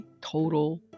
total